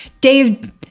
Dave